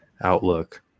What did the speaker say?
outlook